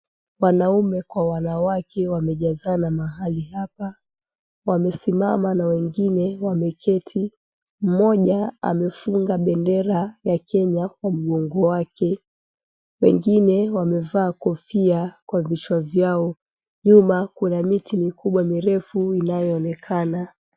Wanaume kwa wanawake wamejazana mahali hapa wamesimama na wengine wameketi. Mmoja amefunga bendera ya Kenya kwa mgongo wake, wengine wamevaa kofia kwa vichwa vyao. Nyuma kuna miti mikubwa mirefu inayoonekana.